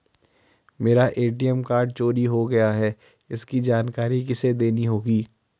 मेरा ATM card चोरी हो गया है इसकी जानकारी किसे देनी होगी?